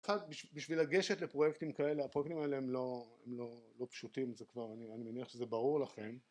אחד, בשביל לגשת לפרויקטים כאלה. הפרויקטים האלה הם לא, הם לא לא פשוטים. זה כבר אני מניח שזה ברור לכם